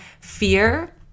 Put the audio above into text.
fear